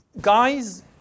guys